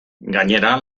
gainera